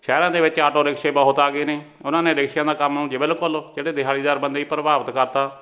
ਸ਼ਹਿਰਾਂ ਦੇ ਵਿੱਚ ਆਟੋ ਰਿਕਸ਼ੇ ਬਹੁਤ ਆ ਗਏ ਨੇ ਉਹਨਾਂ ਨੇ ਰਿਕਸ਼ਿਆਂ ਦਾ ਕੰਮ ਜੋ ਬਿਲਕੁਲ ਜਿਹੜੇ ਦਿਹਾੜੀਦਾਰ ਬੰਦੇ ਪ੍ਰਭਾਵਿਤ ਕਰਤਾ